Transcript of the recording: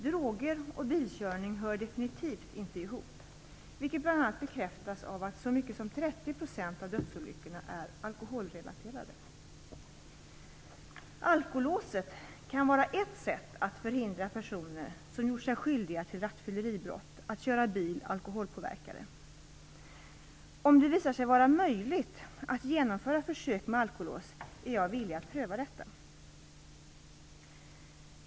Droger och bilkörning hör definitivt inte ihop, vilket bl.a. bekräftas av att så mycket som 30 % av dödsolyckorna är alkoholrelaterade. Alkolåset kan vara ett sätt att förhindra personer som gjort sig skyldiga till rattfylleribrott att köra bil alkoholpåverkade. Om det visar sig vara möjligt att genomföra försök med alkolås är jag villig att pröva detta.